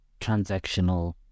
transactional